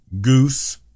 goose